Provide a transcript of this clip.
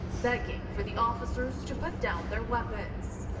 begging for the officers to put down their weapons.